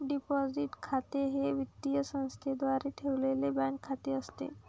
deposit खाते हे वित्तीय संस्थेद्वारे ठेवलेले बँक खाते असते